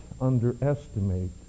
underestimate